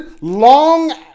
long